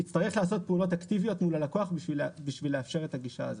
והוא יצטרך לעשות פעולות אקטיביות עם הלקוח בשביל לאפשר את הגישה הזאת.